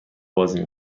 بازی